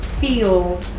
feel